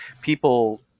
people